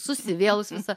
susivėlus visa